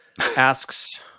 asks